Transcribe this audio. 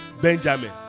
Benjamin